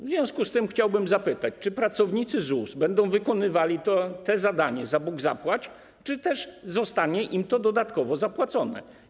W związku z tym chciałbym zapytać: czy pracownicy ZUS będą wykonywali te zadania za Bóg zapłać, czy też zostanie im za to dodatkowo zapłacone?